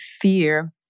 fear